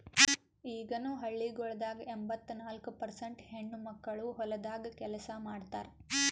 ಈಗನು ಹಳ್ಳಿಗೊಳ್ದಾಗ್ ಎಂಬತ್ತ ನಾಲ್ಕು ಪರ್ಸೇಂಟ್ ಹೆಣ್ಣುಮಕ್ಕಳು ಹೊಲ್ದಾಗ್ ಕೆಲಸ ಮಾಡ್ತಾರ್